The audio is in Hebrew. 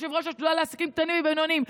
כיושבת-ראש השדולה לעסקים קטנים ובינוניים.